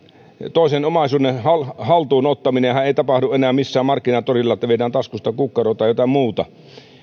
toisen omaisuuden haltuun ottaminenhan ei tapahdu enää missään markkinatorilla niin että viedään taskusta kukkaro tai jotain muuta